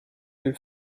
del